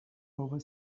over